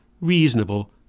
reasonable